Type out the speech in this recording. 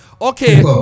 Okay